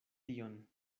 tion